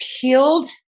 peeled